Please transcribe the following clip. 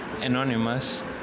Anonymous